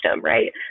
right